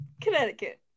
Connecticut